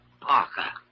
Parker